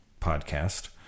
podcast